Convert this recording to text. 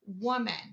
woman